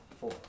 four